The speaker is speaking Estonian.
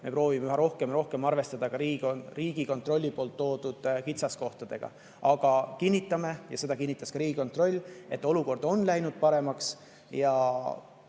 me proovime üha rohkem arvestada ka Riigikontrolli toodud kitsaskohtadega. Aga ma kinnitan – ja seda kinnitas ka Riigikontroll –, et olukord on läinud paremaks.